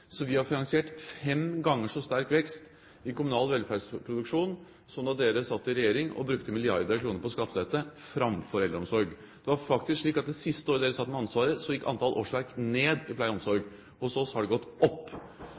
Så vi har finansiert en fem ganger så sterk vekst i kommunal velferdsproduksjon som da dere satt i regjering og brukte milliarder av kroner på skattelette framfor eldreomsorg. Det er faktisk slik at det siste året dere satt med ansvar, gikk antall årsverk ned i pleie og omsorg. Hos oss har det gått opp.